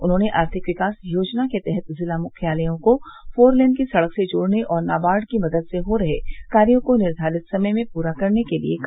उन्हॉने आर्थिक विकास योजना के तहत जिला मुख्यालयों को फोर लेन की सड़क से जोड़ने और नाबार्ड की मदद से हो रहे कार्यो को निर्घारित समय में पूरा करने के लिए कहा